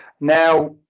Now